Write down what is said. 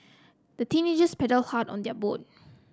the teenagers paddled hard on their boat